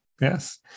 Yes